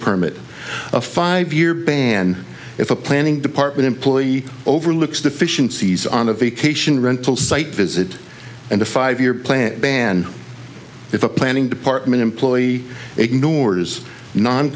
permit a five year ban if a planning department employee overlooks deficiencies on a vacation rental site visit and a five year plan band if a planning department employee ignores non